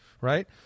right